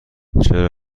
چرا